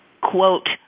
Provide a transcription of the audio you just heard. quote